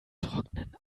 trocknen